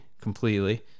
completely